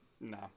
no